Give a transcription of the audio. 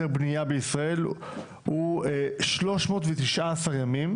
בנייה בישראל הוא שלוש מאות ותשעה עשר ימים,